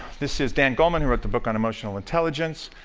this is dan goleman, who wrote the book on emotional intelligence.